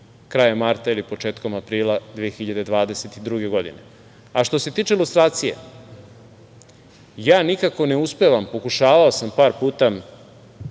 krajem marta ili početkom aprila 2022. godine.A, što se tiče lustracije, ja nikako ne uspevam, pokušavao sam par puta,